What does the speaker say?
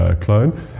clone